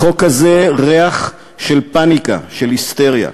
לחוק הזה ריח של פניקה, של היסטריה.